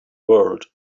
world